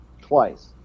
twice